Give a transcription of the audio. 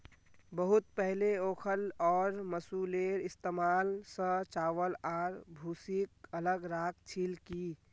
बहुत पहले ओखल और मूसलेर इस्तमाल स चावल आर भूसीक अलग राख छिल की